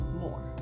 more